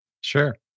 Sure